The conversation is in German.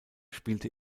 spielte